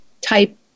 type